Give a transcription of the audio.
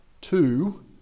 two